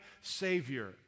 savior